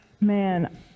Man